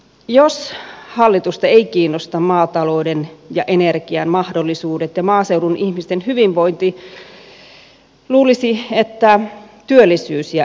jos hallitusta eivät kiinnosta maatalouden ja energian mahdollisuudet ja maaseudun ihmisten hyvinvointi luulisi että työllisyys ja elinvoima kiinnostavat